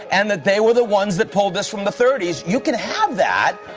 and that they were the ones that pulled this from the thirty s, you can have that.